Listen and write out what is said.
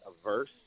averse